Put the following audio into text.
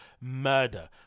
murder